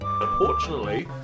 unfortunately